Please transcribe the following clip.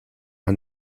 man